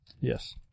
yes